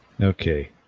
Okay